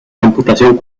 computación